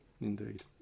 indeed